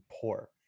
poor